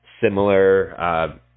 similar